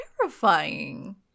terrifying